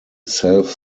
self